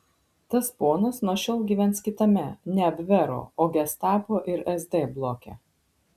tas ponas nuo šiol gyvens kitame ne abvero o gestapo ir sd bloke